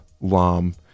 Lom